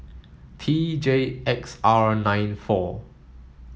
T J X R nine four